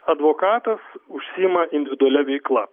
advokatas užsiima individualia veikla